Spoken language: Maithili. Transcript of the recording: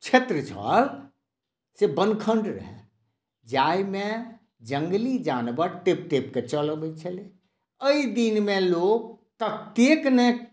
क्षेत्र छल से वनखण्ड रहै जाहिमे जङ्गली जानवर बड छलै टेपके चलि अबै छलै एहि दिनमे लोक कतेक नहि